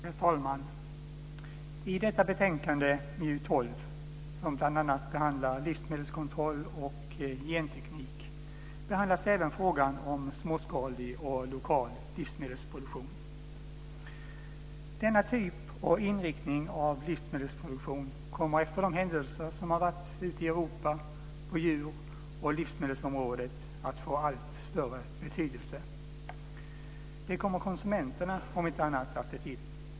Herr talman! I detta betänkande, MJU12, som bl.a. behandlar livsmedelskontroll och genteknik, behandlas även frågan om småskalig och lokal livsmedelsproduktion. Denna typ och inriktning av livsmedelsproduktion kommer efter de händelser som varit ute i Europa på djur och livsmedelsområdet att få allt större betydelse. Det kommer om inte annat konsumenterna att se till.